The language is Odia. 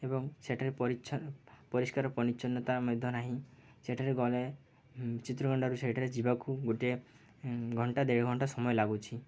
ଏବଂ ସେଠାରେ ପରିଛନ୍ ପରିଷ୍କାର ପନିଚ୍ଛନ୍ନତା ମଧ୍ୟ ନାହିଁ ସେଠାରେ ଗଲେ ଚିତ୍ରକଣ୍ଡାରୁ ସେଇଠାରେ ଯିବାକୁ ଗୋଟିଏ ଘଣ୍ଟା ଦେଢ଼ ଘଣ୍ଟା ସମୟ ଲାଗୁଛି